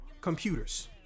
computers